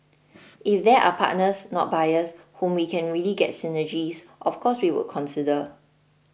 if there are partners not buyers whom we can really get synergies of course we would consider